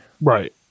Right